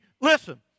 listen